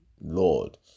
Lord